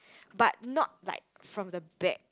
but not like from the back